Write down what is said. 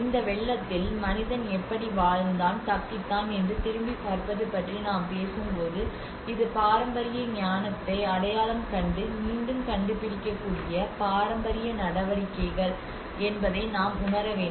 இந்த வெள்ளத்தில் மனிதன் எப்படி வாழ்ந்தான் தப்பித்தான் என்று திரும்பிப் பார்ப்பது பற்றி நாம் பேசும்போது இது பாரம்பரிய ஞானத்தை அடையாளம் கண்டு மீண்டும் கண்டுபிடிக்கக்கூடிய பாரம்பரிய நடவடிக்கைகள் என்பதை நாம் உணர வேண்டும்